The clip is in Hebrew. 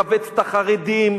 לכווץ את החרדים,